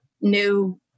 new